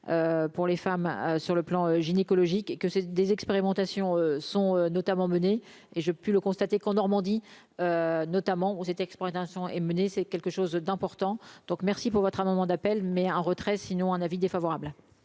pour les femmes, sur le plan gynécologique et que c'est des expérimentations sont notamment menées et j'ai pu le constater qu'en Normandie notamment cette exploitation et me c'est quelque chose d'important donc, merci pour votre amendement d'appel mais un retrait sinon un avis défavorable.